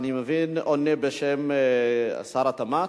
אני מבין, אתה עונה בשם שר התמ"ת,